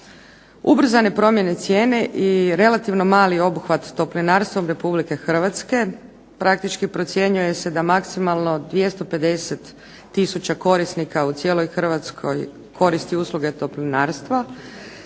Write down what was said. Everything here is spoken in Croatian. Ubrzane promjene cijene i relativno mali obuhvat toplinarstvom Republike Hrvatske praktički procjenjuje se da maksimalno 250000 korisnika u cijeloj Hrvatskoj koristi usluge toplinarstvo